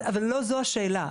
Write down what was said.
אבל לא זו השאלה.